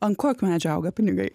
ant kokio medžio auga pinigai